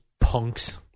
punks